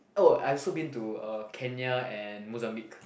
oh I also been to Kenya and Mozambique